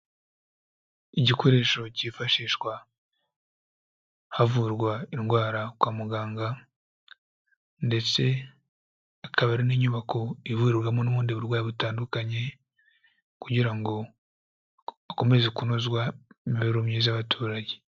Igikoresho kifashishwa havurwa indwara kwa muganga ndetse akaba ari n'inyubako ihuriwemo n'ubundi burwayi butandukanye kugira ngo hakomeze kunozwa imibereho myiza y'abaturage.